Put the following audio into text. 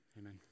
Amen